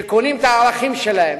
שקונים את הערכים שלהם,